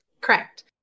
Correct